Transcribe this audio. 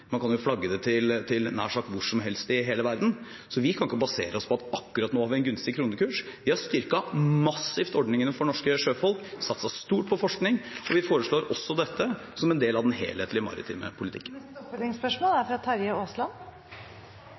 man kan jo flagge dem til nær sagt hvor som helst i hele verden. Vi kan ikke basere oss på at akkurat nå har vi en gunstig kronekurs. Vi har styrket massivt ordningene for norske sjøfolk, satset stort på forskning, og vi foreslår også dette som en del av den helhetlige maritime politikken. Det åpnes for oppfølgingsspørsmål – først Terje Aasland.